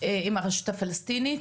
עם הרשות הפלסטינית.